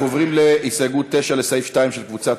אנחנו עוברים להסתייגות 9, לסעיף 2, של קבוצת